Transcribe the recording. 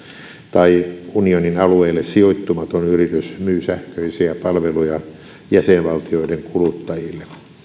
tai unionin alueelle sijoittumaton yritys myy sähköisiä palveluja jäsenvaltioiden kuluttajille